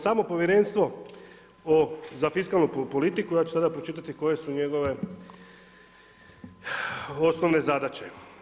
Samo Povjerenstvo za fiskalnu politiku, ja ću sada pročitati koje su njegove osnovne zadaće.